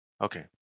Okay